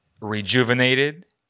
rejuvenated